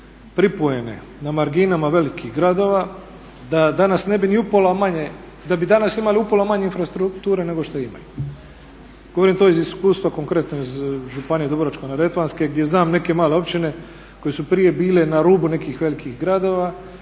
pripojene na marginama velikih gradova, da nas ne bi ni upola manje, da bi danas imali upola manje infrastrukture nego što imaju. Govorim to iz iskustva, konkretno iz županije Dubrovačko-neretvanske gdje znam neke male općine koje su prije bile na rubu nekih velikih gradova,